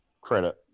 credit